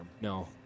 No